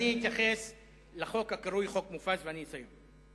אני אתייחס לחוק הקרוי חוק מופז ובזה אסיים.